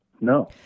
No